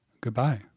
Goodbye